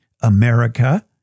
America